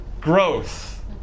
growth